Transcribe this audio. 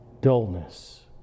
dullness